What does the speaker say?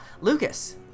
Lucas